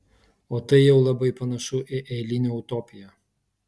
o tai jau labai panašu į eilinę utopiją